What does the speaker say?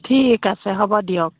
ঠিক আছে হ'ব দিয়ক